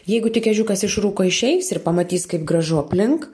jeigu tik ežiukas iš rūko išeis ir pamatys kaip gražu aplink